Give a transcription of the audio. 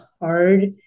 hard